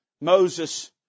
Moses